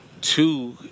Two